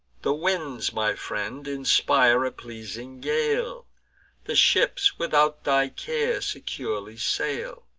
the winds, my friend, inspire a pleasing gale the ships, without thy care, securely sail.